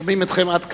שומעים אתכם עד כאן.